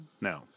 No